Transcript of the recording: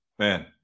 Man